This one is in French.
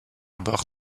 bord